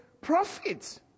profits